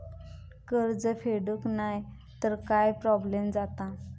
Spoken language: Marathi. कर्ज फेडूक नाय तर काय प्रोब्लेम जाता?